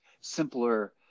simpler